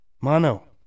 mono